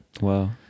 Wow